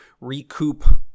recoup